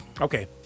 Okay